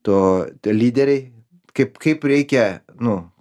to lyderiai kaip kaip reikia nu